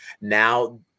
Now